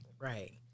right